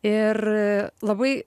ir labai